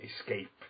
escape